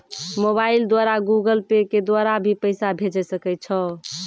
Mobile द्वारा Google Pay के द्वारा भी पैसा भेजै सकै छौ?